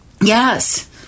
Yes